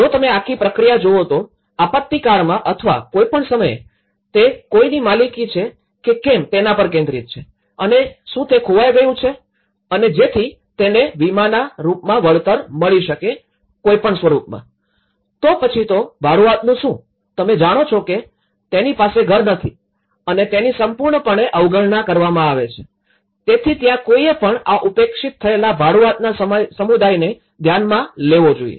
જો તમે આખી પ્રક્રિયા જોવો તો આપતીકાળમાં અથવા કોઈ પણ સમયે તે કોઈની માલિકી છે કે કેમ તેના પર કેન્દ્રિત છે અને શું તે ખોવાઈ ગયું છે અને જેથી તેને વીમાના રૂપમાં વળતર મળી શકે કોઈપણ સ્વરૂપમાં તો પછી તો ભાડુતનું શું તમે જાણો છો કે તેની પાસે ઘર નથી અને તેની સંપૂર્ણપણે અવગણના કરવામાં આવે છે તેથી ત્યાં કોઈએ પણ આ ઉપેક્ષિત થયેલા ભાડુઆતના સમુદાયને ધ્યાનમાં લેવો જોઈએ